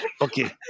Okay